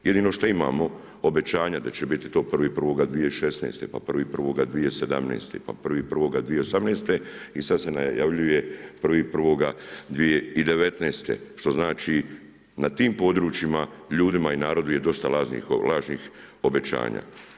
Jedino što imamo obećanja da će biti to 1.1.2016., pa 1.1.2017., pa 1.1.2018. i sada se najavljuje 1.1.2019. šta znači na tim područjima ljudima i narodu je dosta lažnih obećanja.